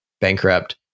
bankrupt